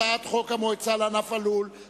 הצעת חוק המועצה לענף הלול (ייצור ושיווק)